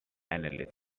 analyst